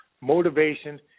motivation